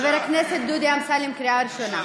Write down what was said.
חבר הכנסת דודי אמסלם, קריאה ראשונה.